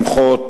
למחות.